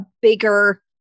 bigger